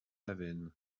aven